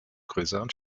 größeren